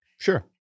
Sure